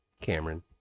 Cameron